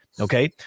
okay